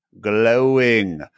glowing